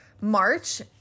March